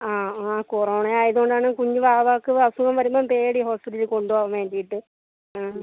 ആ ആ കൊറോണ ആയത് കൊണ്ടാണ് കുഞ്ഞു വാവക്ക് അസുഖം വരുമ്പോൾ പേടി ഹോസ്പിറ്റല് കൊണ്ട് പോവാൻ വേണ്ടിയിട്ട് ആ